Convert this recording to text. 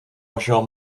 vašeho